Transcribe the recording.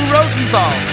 Rosenthal